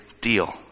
deal